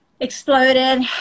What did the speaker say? exploded